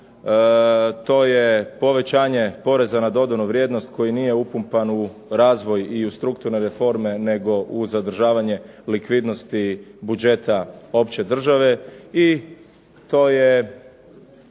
to je povećanje poreza na dodanu vrijednost koji nije upumpan u razvoj i strukturne reforme nego u zadržavanje likvidnosti budžeta opće države